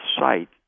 site